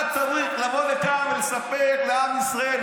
אתה צריך לבוא לכאן ולספר לעם ישראל,